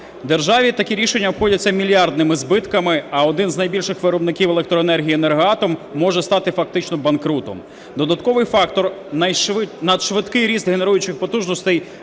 Державі такі рішення обходяться мільярдними збитками, а один з найбільших виробників електроенергії "Енергоатом" може стати фактично банкрутом. Додатковий фактор – надшвидкий ріст генеруючих потужностей альтернативної